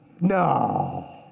No